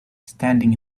standing